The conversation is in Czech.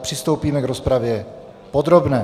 Přistoupíme k rozpravě podrobné.